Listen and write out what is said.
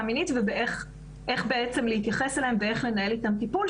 מינית ואיך בעצם להתייחס אליהן ולנהל איתן טיפול,